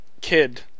kid